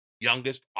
youngest